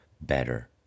better